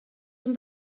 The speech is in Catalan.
són